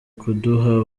kuduha